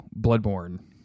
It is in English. Bloodborne